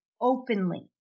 openly